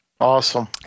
Awesome